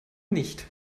nicht